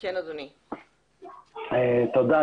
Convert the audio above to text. תודה.